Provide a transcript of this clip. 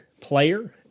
player